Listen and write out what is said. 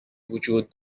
وجود